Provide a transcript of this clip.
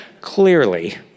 Clearly